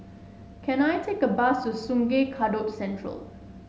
can I take a bus to Sungei Kadut Central